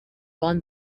run